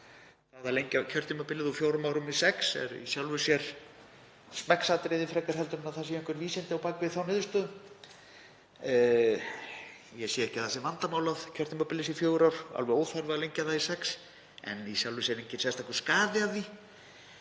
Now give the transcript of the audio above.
að lengja kjörtímabilið úr fjórum árum í sex er í sjálfu sér smekksatriði frekar en að það séu einhver vísindi á bak við þá niðurstöðu. Ég sé ekki að það sé vandamál að kjörtímabilið sé fjögur ár, alveg óþarfi að lengja það í sex en í sjálfu sér enginn sérstakur skaði af því.